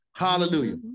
Hallelujah